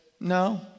no